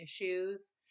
issues